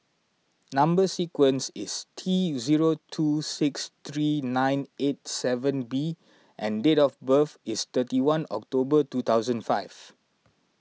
Number Sequence is T zero two six three nine eight seven B and date of birth is thirty one October two thousand and five